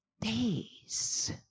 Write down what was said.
days